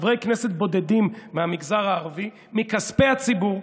חברי כנסת בודדים מהמגזר הערבי מכספי הציבור,